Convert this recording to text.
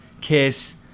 Kiss